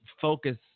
focus